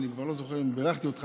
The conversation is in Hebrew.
לוועדה,